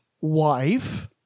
wife